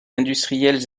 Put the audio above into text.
industrielles